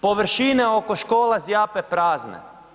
Površine oko škola zjape prazne.